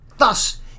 Thus